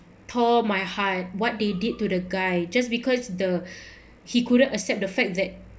tore my heart what they did to the guy just because the he couldn't accept the fact that